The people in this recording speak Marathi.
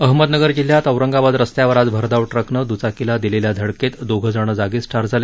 अहमदनगर जिल्ह्यात औरंगाबाद रस्त्यावर आज भरधाव ट्रकनं दुचाकीला दिलेल्या धडकेत दोघजण जागीच ठार झाले